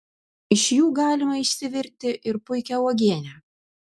iš jų galima išsivirti ir puikią uogienę